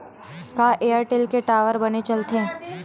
का एयरटेल के टावर बने चलथे?